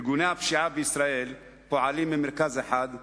ארגוני הפשיעה בישראל פועלים ממרכז אחד מישראל.